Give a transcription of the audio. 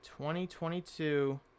2022